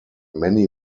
many